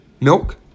milk